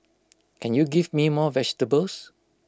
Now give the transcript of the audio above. can you give me more vegetables